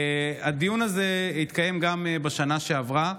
הדיון הזה התקיים גם בשנה שעברה.